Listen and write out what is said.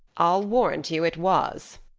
i'll warrant you it was,